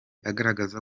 agaragaza